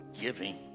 giving